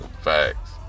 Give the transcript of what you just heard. Facts